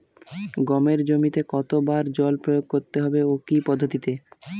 গমের জমিতে কতো বার জল প্রয়োগ করতে হবে ও কি পদ্ধতিতে?